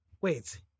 wait